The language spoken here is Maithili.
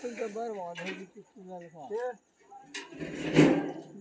खुदरा निवेशक कें व्यक्तिगत निवेशक सेहो कहल जाइ छै